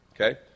Okay